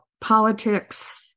politics